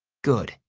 good.